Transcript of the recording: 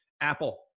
Apple